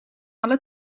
alle